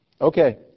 Okay